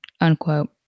unquote